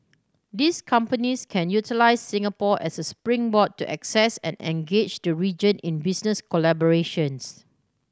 these companies can utilise Singapore as a springboard to access and engage the region in business collaborations